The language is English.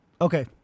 okay